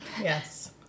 yes